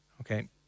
Okay